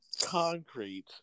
concrete